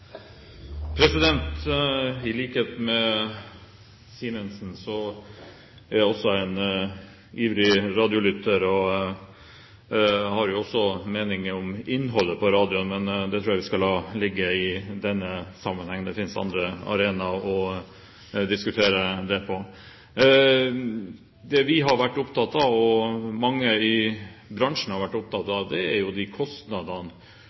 har også meninger om innholdet på radioen. Men det tror jeg vi skal la ligge i denne sammenheng. Det finnes andre arenaer å diskutere det på. Det vi har vært opptatt av, og som mange i bransjen har vært opptatt av, er de kostnadene